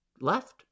left